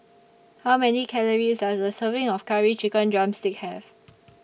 How Many Calories Does A Serving of Curry Chicken Drumstick Have